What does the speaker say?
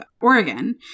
Oregon